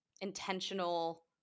intentional